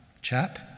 chap